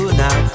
now